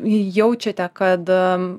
jaučiate kada